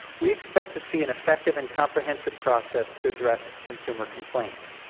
we expect to see an effective and comprehensive process to address consumer complaints.